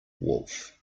wolf